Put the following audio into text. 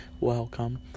welcome